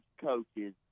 coaches